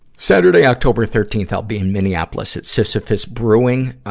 saturday, october thirteenth, i'll be in minneapolis at sisyphus brewing, ah,